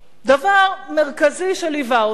דבר מרכזי שליווה אותם,